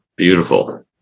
Beautiful